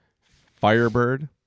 Firebird